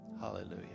Hallelujah